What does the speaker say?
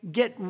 get